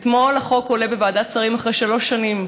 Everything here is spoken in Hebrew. אתמול החוק עולה בוועדת שרים אחרי שלוש שנים,